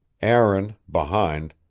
aaron, behind,